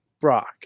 Brock